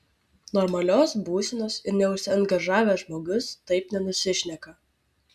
normalios būsenos ir neužsiangažavęs žmogus taip nenusišneka